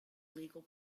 legal